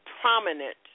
Prominent